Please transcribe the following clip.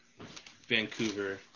Vancouver